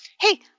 hey